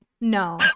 No